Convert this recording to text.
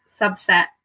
subset